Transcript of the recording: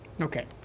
Okay